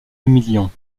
humiliant